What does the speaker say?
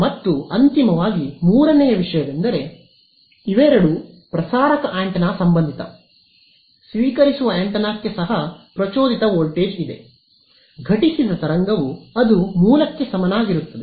ಮತ್ತು ಅಂತಿಮವಾಗಿ ಮೂರನೆಯ ವಿಷಯವೆಂದರೆ ಇವೆರಡೂ ಪ್ರಸಾರಕ ಆಂಟೆನಾ ಸಂಬಂಧಿತ ಸ್ವೀಕರಿಸುವ ಆಂಟೆನಾಕ್ಕೆ ಸಹ ಪ್ರಚೋದಿತ ವೋಲ್ಟೇಜ್ ಇದೆ ಘಟಿಸಿದ ತರಂಗವು ಅದು ಮೂಲಕ್ಕೆ ಸಮನಾಗಿರುತ್ತದೆ